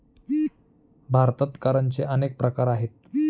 भारतात करांचे अनेक प्रकार आहेत